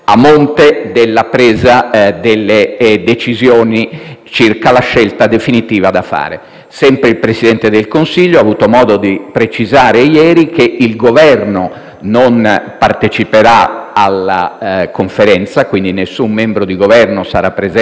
circa la scelta definitiva da fare. Sempre il Presidente del Consiglio ha avuto modo di precisare ieri che il Governo non parteciperà alla Conferenza, quindi nessun membro di Governo sarà presente alla Conferenza di Marrakech; l'Italia sarà